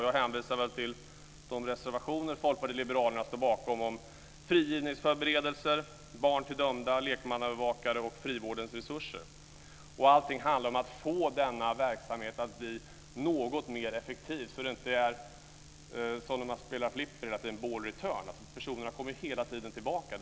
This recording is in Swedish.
Jag hänvisar till de reservationer som Folkpartiet liberalerna står bakom som frigivningsförberedelser, barn till dömda, lekmannaövervakare och frivårdens resurser. Allting handlar om att få denna verksamhet att bli något mer effektiv så att det inte hela tiden är som när man spelar flipper med board return, dvs. att frågorna hela tiden kommer tillbaka.